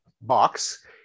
box